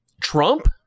Trump